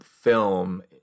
film